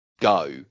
go